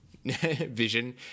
Vision